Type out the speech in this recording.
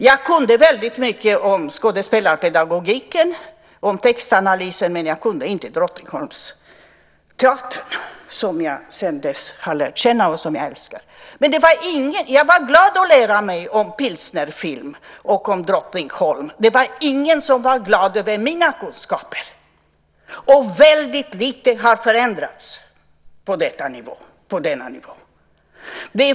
Jag kunde väldigt mycket om skådespelarpedagogiken och om textanalyser, men jag kunde inte mycket om Drottningholmsteatern, som jag har lärt känna sedan dess och som jag älskar. Jag var glad åt att lära mig om pilsnerfilm och om Drottningholm. Det var ingen som var glad över mina kunskaper, och väldigt lite har förändrats på denna nivå.